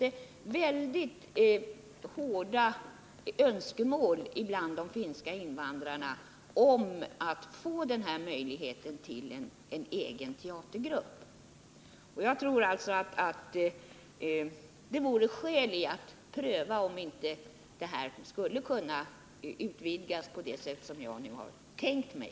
Det finns väldigt starka önskemål bland de finska invandrarna om att få en egen teatergrupp. Jag tror att det finns skäl att pröva om inte verksamheten skulle kunna utvidgas på det sätt jag tänkt mig.